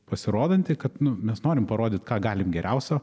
pasirodanti kad nu mes norim parodyt ką galim geriausio